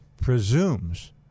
presumes